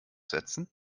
setzen